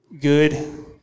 good